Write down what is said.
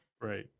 Right